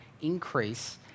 increase